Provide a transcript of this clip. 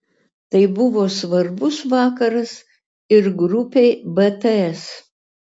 tai buvo svarbus vakaras ir grupei bts